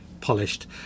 polished